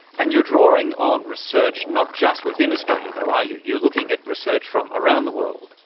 and you're drawing on research not just within australia though, are you, you're looking at research from around the world.